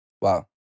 Wow